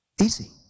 easy